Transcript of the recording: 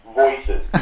voices